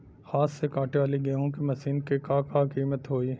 हाथ से कांटेवाली गेहूँ के मशीन क का कीमत होई?